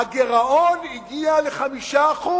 הגירעון הגיע ל-5%.